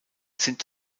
sind